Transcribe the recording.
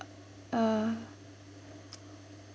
uh